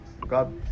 God